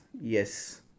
Yes